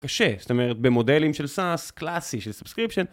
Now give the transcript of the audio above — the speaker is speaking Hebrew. קשה, זאת אומרת במודלים של SaS קלאסי של סאבסקריפשן.